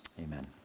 amen